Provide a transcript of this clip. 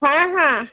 ହଁ ହଁ